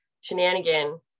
shenanigan